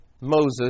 Moses